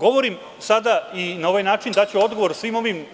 Govorim sada i na ovaj način daću odgovor svim ovim